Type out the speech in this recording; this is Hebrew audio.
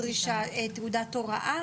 אין לנו תעודת הוראה